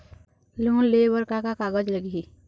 Loan लेहे बर का का कागज लगही?